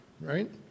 right